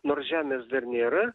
nors žemės dar nėra